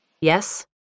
Yes